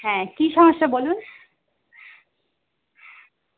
হ্যাঁ কী সমস্যা বলুন